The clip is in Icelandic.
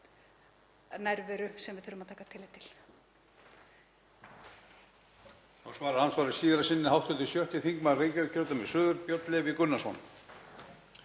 nærveru sem við þurfum að taka tillit til.